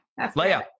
Leia